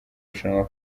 rushanwa